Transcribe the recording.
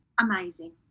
amazing